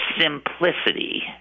simplicity